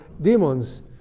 demons